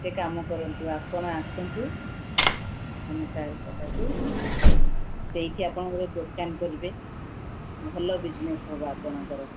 ଗୋଟେ କାମ କରନ୍ତୁ ଆପଣ ଆସନ୍ତୁ ଆମ କାଲକାଟାକୁ ସେଇଠି ଆପଣ ଗୋଟେ ଦୋକାନ କରିବେ ଭଲ ବିଜନେସ୍ ହେବ ଆପଣଙ୍କର